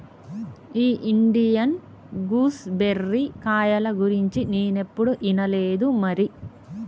ఈ Indian gooseberry కాయల గురించి నేనేప్పుడు ఇనలేదు మరి